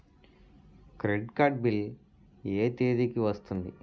Credit card bill ఎ తేదీ కి వస్తుంది?